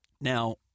Now